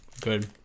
Good